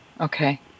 Okay